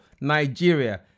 Nigeria